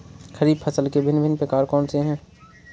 खरीब फसल के भिन भिन प्रकार कौन से हैं?